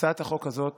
הצעת החוק הזאת,